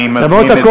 אני מזמין את,